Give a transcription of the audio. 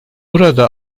arada